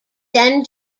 then